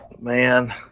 man